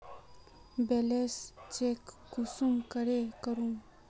Balance check कुंसम करे करूम?